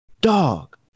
dog